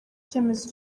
icyemezo